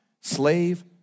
slave